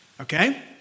okay